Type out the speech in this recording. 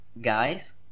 Guys